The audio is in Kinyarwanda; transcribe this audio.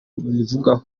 bubivugaho